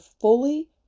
fully